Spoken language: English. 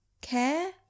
care